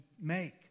make